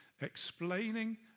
Explaining